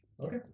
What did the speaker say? Okay